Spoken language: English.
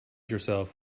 yourself